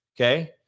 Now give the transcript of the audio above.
Okay